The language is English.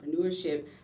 entrepreneurship